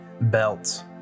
belt